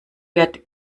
wird